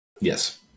Yes